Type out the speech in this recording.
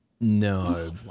no